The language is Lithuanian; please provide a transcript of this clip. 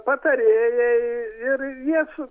patarėjai ir jie su